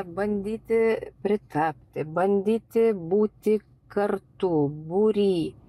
bandyti pritapti bandyti būti kartu būry